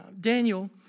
Daniel